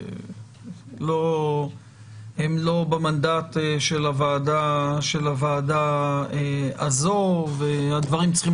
הן לא במנדט של הוועדה הזאת והדברים צריכים